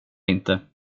inte